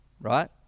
Right